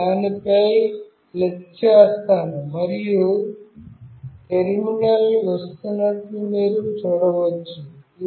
నేను దానిపై క్లిక్ చేస్తాను మరియు టెర్మినల్ వస్తున్నట్లు మీరు చూడవచ్చు